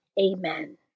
Amen